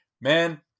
Man